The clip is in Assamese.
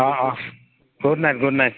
অঁ অঁ গুড নাইট গুড নাইট